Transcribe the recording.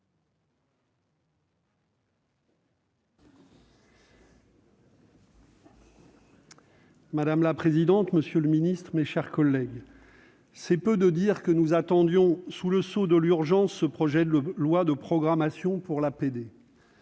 Madame la présidente, monsieur le ministre, mes chers collègues, c'est peu de dire que nous attendions, sous le sceau de l'urgence, ce projet de loi de programmation pour l'aide